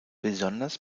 besonders